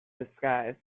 disguise